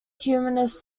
humanist